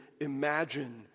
imagine